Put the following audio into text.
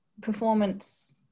performance